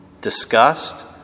disgust